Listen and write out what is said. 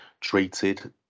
treated